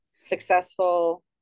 Successful